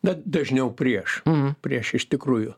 bet dažniau prieš prieš iš tikrųjų